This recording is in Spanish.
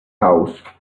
house